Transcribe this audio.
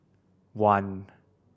one